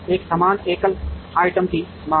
एक समान एकल आइटम की मांग